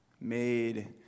made